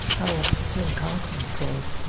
oh! jim conklin's dead.